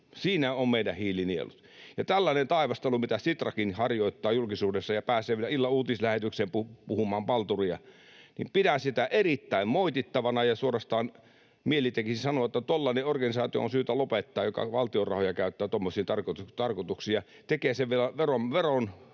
Siinä ovat meidän hiilinielut. Tällaista taivastelua, mitä Sitrakin harjoittaa julkisuudessa ja pääsee vielä illan uutislähetykseen puhumaan palturia, pidän erittäin moitittavana, ja suorastaan mieli tekisi sanoa, että tuollainen organisaatio on syytä lopettaa, joka valtion rahoja käyttää tuommoisiin tarkoituksiin ja tekee sen vielä